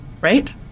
Right